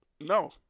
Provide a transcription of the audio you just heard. No